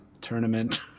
tournament